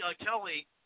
Kelly